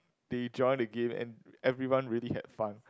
they join the game and everyone really had fun